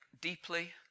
deeply